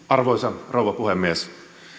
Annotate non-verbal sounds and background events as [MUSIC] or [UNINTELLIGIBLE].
[UNINTELLIGIBLE] arvoisa rouva puhemies